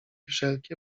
wszelkie